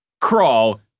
crawl